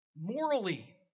morally